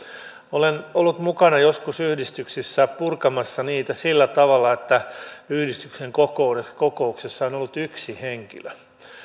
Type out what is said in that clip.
olen ollut mukana joskus yhdistyksissä purkamassa niitä sillä tavalla että yhdistyksen kokouksessa kokouksessa on on ollut yksi henkilö